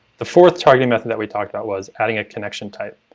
the fourth targeting method that we talked about was adding a connection type.